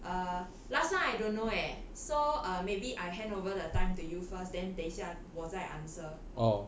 err last time I don't know eh so maybe err I hand over the time to you first then 等一下我再 answer